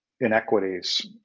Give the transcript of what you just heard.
Inequities